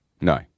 No